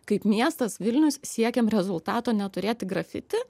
kaip miestas vilnius siekiam rezultato neturėti grafiti